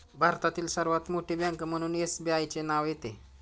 भारतातील सर्वात मोठी बँक म्हणून एसबीआयचे नाव येते